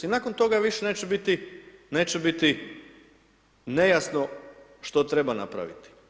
I nakon toga više neće biti nejasno što treba napraviti.